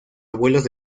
abuelos